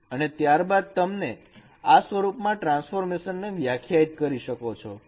અને ત્યારબાદ તમે આ સ્વરૂપમાં ટ્રાન્સફોર્મેશન ને વ્યાખ્યાયિત કરી શકો છો